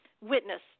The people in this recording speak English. witness